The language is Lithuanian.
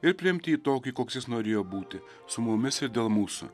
ir priimti jį tokį koks jis norėjo būti su mumis ir dėl mūsų